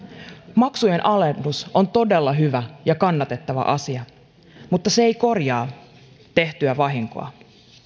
maksujen alennus on todella hyvä ja kannatettava asia mutta se ei korjaa tehtyä vahinkoa